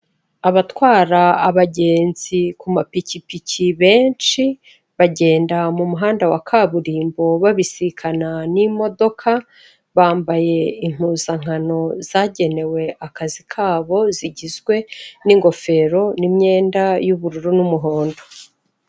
Abatwara abagenzi ku mapikipiki benshi bagenda mu muhanda wa kaburimbo babisikana n'imodoka, bambaye impuzankano zagenewe akazi kabo zigizwe n'ingofero n'imyenda y'ubururu n'umuhondo.